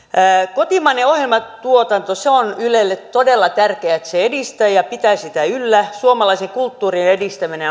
kotimainen ohjelmatuotanto on ylelle todella tärkeää että se edistää ja pitää sitä yllä suomalaisen kulttuurin edistäminen